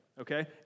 okay